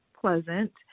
pleasant